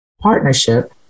partnership